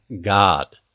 God